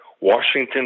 Washington